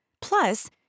Plus